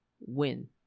win